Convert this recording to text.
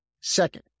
Second